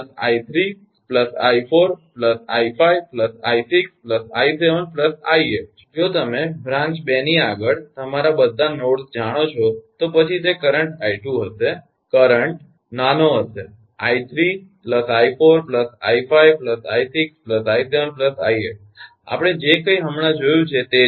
તેથી 𝐼1 𝑖2 𝑖3 𝑖4 𝑖5 𝑖6 𝑖7 𝑖8 જો તમે બ્રાંચ 2 ની આગળ તમારા બધા નોડ્સ જાણો છો તો પછી તે કરંટ 𝐼2 હશે કરંટ નાનો હશે 𝑖3 𝑖4 𝑖5 𝑖6 𝑖7 𝑖8 આપણે જે કંઇ હમણાં જોયું છે